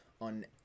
on